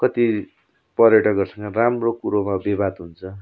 कति पर्यटकहरूसँग राम्रो कुरोमा विवाद हुन्छ